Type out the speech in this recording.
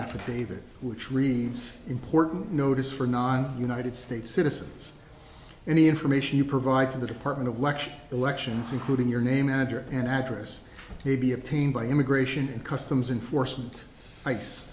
affidavit which reads important notice for non united states citizens any information you provide from the department of lection elections including your name address and actress may be obtained by immigration and customs enforcement ice